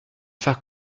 faire